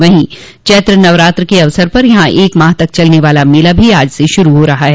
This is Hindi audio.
वहीं चत्र नवरात्रि के अवसर पर यहां एक माह तक चलने वाला मेला भी आज से शुरू हो रहा है